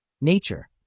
Nature